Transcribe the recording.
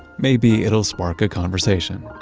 maybe it'll spark a conversation,